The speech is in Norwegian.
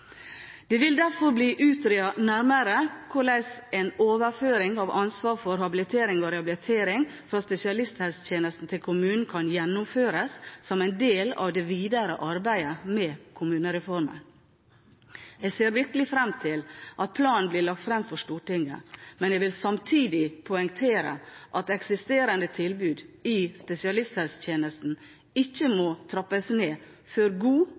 Det vil derfor bli utredet nærmere hvordan en overføring av ansvar for habilitering og rehabilitering fra spesialisthelsetjenesten til kommunen kan gjennomføres som en del av det videre arbeidet med kommunereformen. Jeg ser virkelig fram til at planen blir lagt fram for Stortinget, men jeg vil samtidig poengtere at eksisterende tilbud i spesialisthelsetjenesten ikke må trappes ned før god